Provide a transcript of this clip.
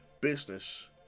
business